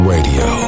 Radio